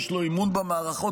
יש לו אמון במערכות,